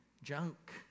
junk